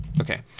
Okay